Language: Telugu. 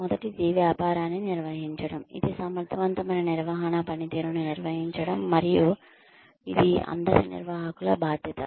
మొదటిది వ్యాపారాన్ని నిర్వహించడం ఇది సమర్థవంతమైన నిర్వహణ పనితీరును నిర్వహించడం మరియు ఇది అందరి నిర్వాహకుల బాధ్యత